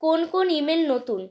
কোন কোন ইমেল নতুন